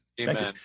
Amen